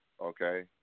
okay